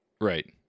Right